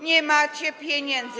Nie macie pieniędzy.